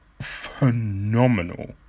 Phenomenal